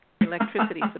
electricity